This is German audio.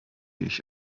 ich